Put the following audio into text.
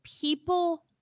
people